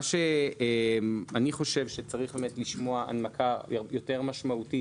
מה שאני חושב שצריך לשמוע הוא הנמקה יותר משמעותית